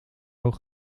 oog